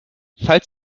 falls